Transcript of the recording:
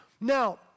Now